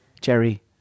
Jerry